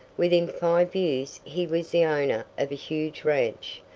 within five years he was the owner of a huge ranch,